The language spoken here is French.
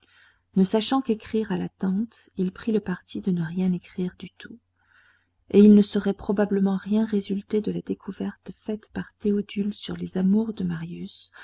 ne sachant qu'écrire à la tante il prit le parti de ne rien écrire du tout et il ne serait probablement rien résulté de la découverte faite par théodule sur les amours de marius